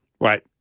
Right